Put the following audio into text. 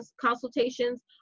consultations